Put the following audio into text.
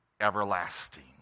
everlasting